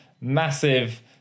massive